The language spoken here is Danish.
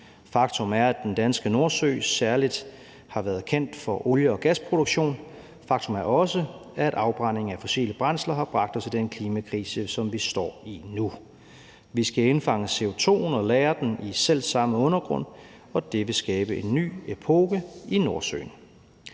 Faktum er, at den danske Nordsø særlig har været kendt for olie- og gasproduktion. Faktum er også, at afbrænding af fossile brændsler har bragt os i den klimakrise, vi står i nu. Vi skal indfange CO2'en og lagre den i selv samme undergrund, og det vil skabe en ny epoke i Nordsøen.